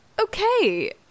okay